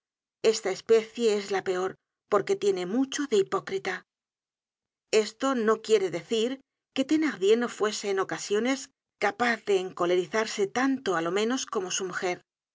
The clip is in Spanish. esta especie es la peor porque tiene mucho de hipócrita esto no quiere decir que thenardier no fuese en ocasiones capaz de encolerizarse tanto á lo menos como su mujer